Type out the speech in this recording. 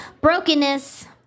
brokenness